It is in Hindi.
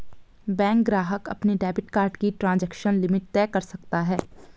बैंक ग्राहक अपने डेबिट कार्ड की ट्रांज़ैक्शन लिमिट तय कर सकता है